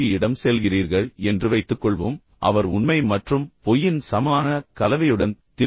யிடம் செல்கிறீர்கள் என்று வைத்துக்கொள்வோம் அவர் உண்மை மற்றும் பொய்யின் சமமான கலவையுடன் திரு